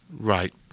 Right